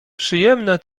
przyjemna